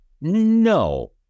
No